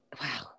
wow